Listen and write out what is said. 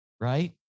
right